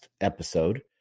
episode